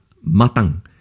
matang